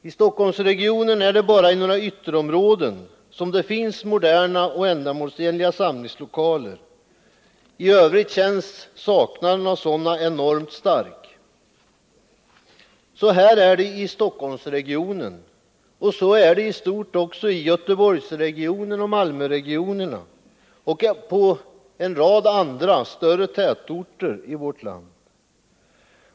I Stockholmsregionen är det bara i några ytterområden som det finns moderna och ändamålsenliga samlingslokaler. I övrigt känns saknaden av sådana enormt stark. Så är det i Stockholmsregionen, och så är det i stort också i Göteborgsregionen och Malmöregionen, och i en rad andra större tätorter i landet.